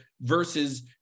versus